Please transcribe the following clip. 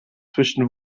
zwischen